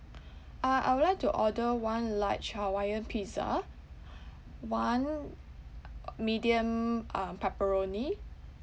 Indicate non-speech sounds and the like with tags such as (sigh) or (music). uh I would like to order one large hawaiian pizza one (noise) medium uh pepperoni